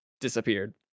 disappeared